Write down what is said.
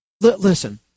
Listen